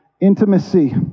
Intimacy